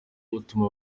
utuma